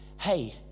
hey